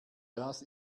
das